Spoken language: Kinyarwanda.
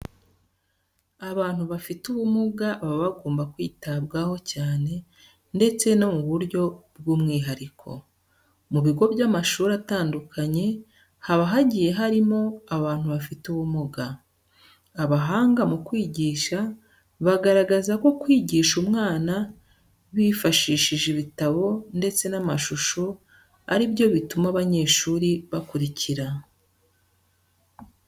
Abantu bafite ubumuga baba bagomba kwitabwaho cyane ndetse mu buryo bw'umwihariko. Mu bigo by'amashuri atandukanye, haba hagiye harimo abantu bafite ubumuga. Abahanga mu kwigisha bagaragaza ko kwigisha umwana bifashishije ibitabo ndetse n'amashusho ari byo bituma abanyeshuri bakurikira.